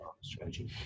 Strategy